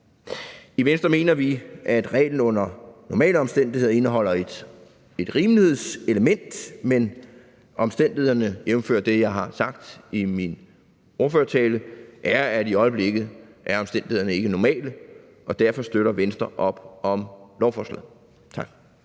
I Venstre mener vi, at reglen under normale omstændigheder indeholder et rimelighedselement, men omstændighederne, jævnfør det, jeg har sagt i min ordførertale, er i øjeblikket ikke normale, og derfor støtter Venstre op om lovforslaget.